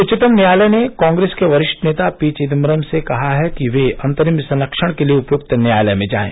उच्चतम न्यायालय ने कांग्रेस के वरिष्ठ नेता पी चिदम्बरम से कहा कि वे अंतरिम संरक्षण के लिए उपयुक्त न्यायालय में जाएं